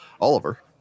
Oliver